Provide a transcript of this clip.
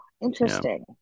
interesting